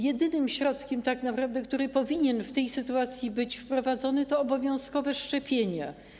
Jedynym środkiem tak naprawdę, który powinien w tej sytuacji być wprowadzony, są obowiązkowe szczepienia.